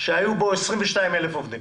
שהיו בו 22,000 עובדים